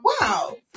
Wow